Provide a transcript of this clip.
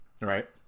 Right